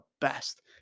best